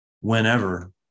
whenever